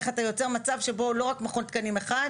איך אתה יוצר מצב שבו יש לא רק מכון תקנים אחד,